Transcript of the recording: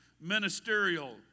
ministerial